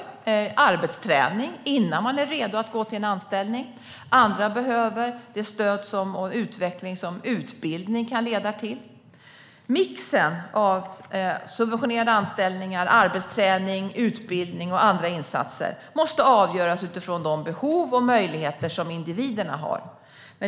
De behöver det innan de är redo att gå till en anställning. Andra behöver det stöd och den utveckling som utbildning kan leda till. Mixen av subventionerade anställningar, arbetsträning, utbildning och andra insatser måste avgöras utifrån de behov och möjligheter som individerna har.